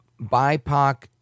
BIPOC